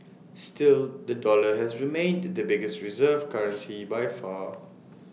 still the dollar has remained the biggest reserve currency by far